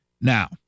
now